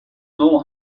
know